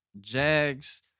Jags